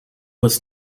was